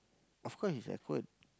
of course it's awkward